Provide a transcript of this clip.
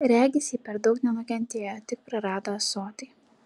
regis ji per daug nenukentėjo tik prarado ąsotį